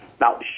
Now